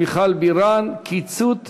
מיכל בירן: קיצוץ